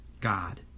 God